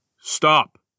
Stop